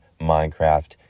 Minecraft